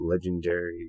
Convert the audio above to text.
Legendary